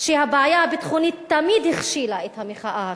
שהבעיה הביטחונית תמיד הכשילה את המחאה החברתית.